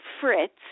Fritz